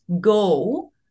go